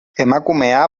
emakumea